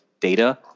data